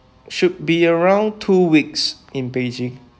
should be around two weeks in beijing